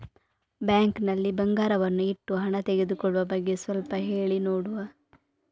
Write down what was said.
Bank ನಲ್ಲಿ ಬಂಗಾರವನ್ನು ಇಟ್ಟು ಹಣ ತೆಗೆದುಕೊಳ್ಳುವ ಬಗ್ಗೆ ಸ್ವಲ್ಪ ಹೇಳಿ ನೋಡುವ?